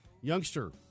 youngster